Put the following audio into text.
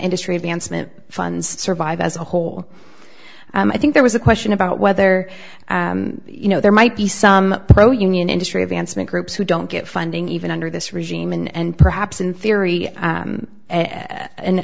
industry advancement funds survive as a whole i think there was a question about whether you know there might be some pro union industry advancement groups who don't get funding even under this regime and perhaps in theory